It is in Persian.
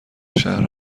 شهر